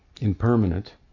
impermanent